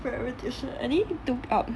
private tuition I only took up